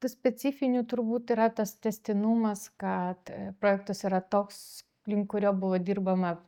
tu specifinių turbūt yra tas tęstinumas kad projektas yra toks link kurio buvo dirbama